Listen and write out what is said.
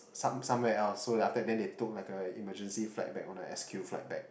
some somewhere else so like after that they took like emergency flight back on a S_Q flight back